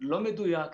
לא מדויק,